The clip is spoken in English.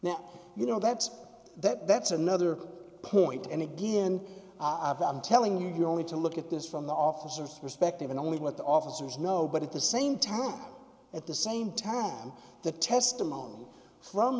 now you know that's that that's another point and it did in i've been telling you you're only to look at this from the officers perspective and only what the officers know but at the same time at the same time the testimony from